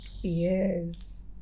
Yes